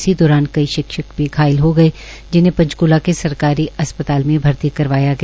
इसी दौरान कई शिक्षक भी घायल हो गए जिन्हें पंचक्ला के सरकारी अस्पताल में भर्ती करवाया गया